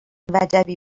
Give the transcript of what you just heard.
وجبی